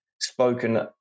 spoken